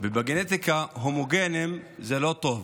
ובגנטיקה הומוגניים זה לא טוב.